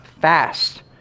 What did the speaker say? fast